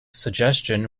suggestion